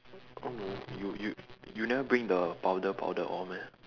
oh you you you never bring the powder powder all meh